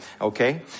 Okay